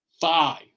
five